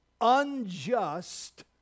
unjust